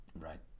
right